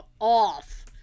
off